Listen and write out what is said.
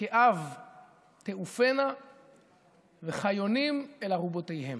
כעב תעופינה וכיונים אל ארֻבֹּתיהם".